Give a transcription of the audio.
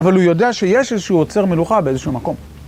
אבל הוא יודע שיש איזשהו עוצר מלוכה באיזשהו מקום.